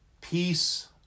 Peace